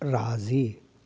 राज़ी